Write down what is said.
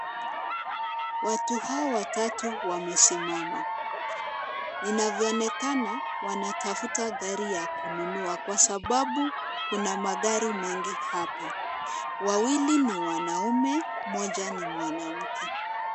Watu hawa watatu wamesimama. Inavyoonekana wanatafuta gari ya kununua kwa sababu kuna magari mengi hapa. Wawili ni wanaume mmoja ni mwanamke.